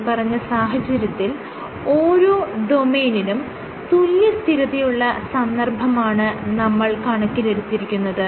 മേല്പറഞ്ഞ സാഹചര്യത്തിൽ ഓരോ ഡൊമെയ്നിനും തുല്യസ്ഥിരതയുള്ള സന്ദർഭമാണ് നമ്മൾ കണക്കിലെടുത്തിരിക്കുന്നത്